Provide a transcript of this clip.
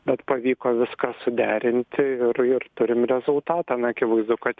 bet pavyko viską suderinti ir ir turim rezultatą na akivaizdu kad